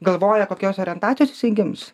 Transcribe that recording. galvoja kokios orientacijos jisai gims